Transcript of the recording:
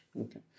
Okay